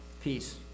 peace